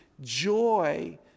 Joy